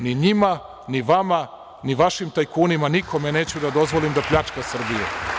Ni njima, ni vama, ni vašim tajkunima, nikome neću da dozvolim da pljačka Srbiju.